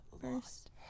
first